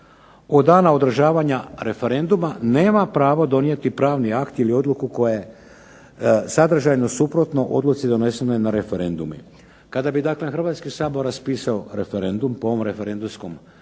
od dana održavanja referenduma nema pravo donijeti pravni akt ili odluku koja je sadržajno suprotna odluci donesenoj na referendumu. Kada bi dakle Hrvatski sabor raspisao referendum po ovom referendumskom